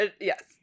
yes